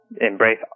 embrace